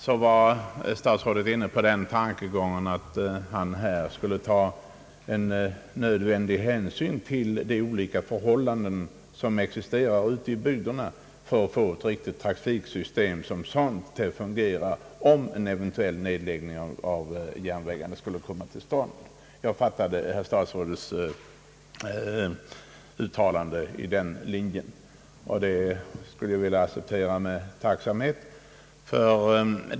Statsrådet var också inne på den tanken att han skulle ta nödvändig hänsyn till de olika förhållanden som existerade ute i bygderna för att få ett trafiksystem som skulle fungera, om en eventuell nedläggning av järnvägen skulle komma till stånd. Jag fattade statsrådets uttalande på det sättet, och den inställningen accepterar jag med tacksamhet.